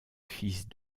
fils